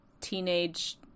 teenage